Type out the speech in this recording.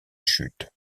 chute